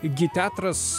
gi teatras